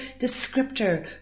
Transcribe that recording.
descriptor